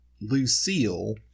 Lucille